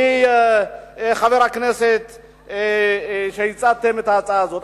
חברי הכנסת שהצעתם את ההצעה הזאת.